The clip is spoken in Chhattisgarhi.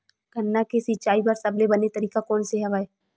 गन्ना के सिंचाई बर सबले बने तरीका कोन से हवय?